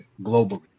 globally